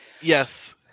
Yes